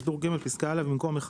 " (2) בטור ג' - (א) בפסקה (א)- במקום "1,